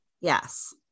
Yes